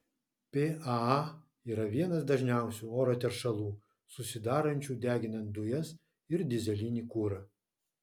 paa yra vienas dažniausių oro teršalų susidarančių deginant dujas ir dyzelinį kurą